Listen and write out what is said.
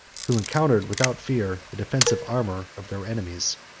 who encountered, without fear, the defensive armor of their enemies.